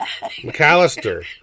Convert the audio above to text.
McAllister